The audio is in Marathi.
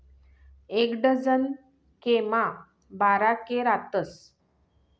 एक डझन के मा बारा के रातस